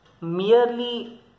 merely